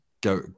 go